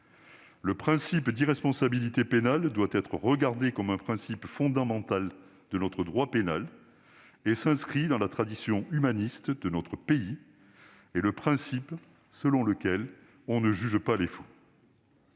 Le principe d'irresponsabilité pénale doit être regardé comme un principe fondamental de notre droit pénal. Il s'inscrit dans la tradition humaniste de notre pays et le principe selon lequel « on ne juge pas les fous